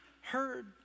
heard